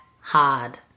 hard